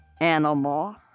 animal